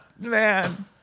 man